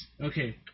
Okay